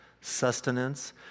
sustenance